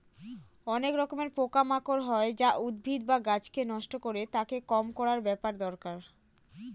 অনেক রকমের পোকা মাকড় হয় যা উদ্ভিদ বা গাছকে নষ্ট করে, তাকে কম করার ব্যাপার দরকার